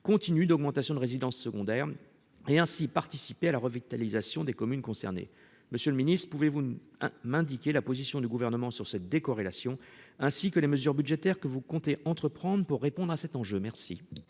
continu d'augmentation de résidences secondaires et ainsi participer à la revitalisation des communes concernées. Monsieur le ministre, pouvez-vous m'indiquer la position du Gouvernement sur cette décorrélation, ainsi que les mesures budgétaires que vous comptez entreprendre pour répondre à cet enjeu ? La